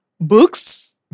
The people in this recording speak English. books